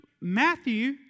Matthew